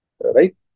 right